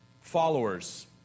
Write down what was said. followers